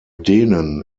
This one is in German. denen